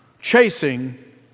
chasing